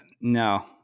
No